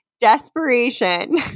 Desperation